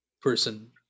person